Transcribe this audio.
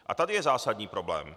A tady je zásadní problém.